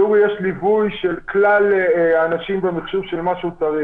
לאורי יש ליווי של כלל האנשים במחשוב של מה שהוא צריך.